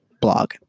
blog